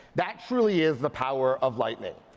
that truly is the power of lighting.